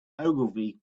ogilvy